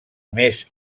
més